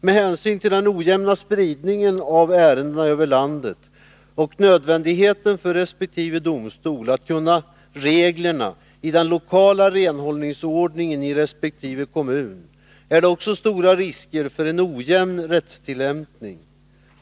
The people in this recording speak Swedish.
Med hänsyn till den ojämna spridningen av ärendena över landet och nödvändigheten för resp. domstol att kunna reglerna i den lokala renhållningsordningen i resp. kommun är riskerna också stora för en ojämn rättstillämpning.